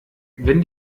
wenn